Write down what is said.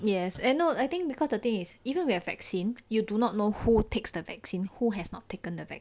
yes and no I think because the thing is even we have vaccine you do not know who takes the vaccine who has not taken the vaccine